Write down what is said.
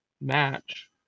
match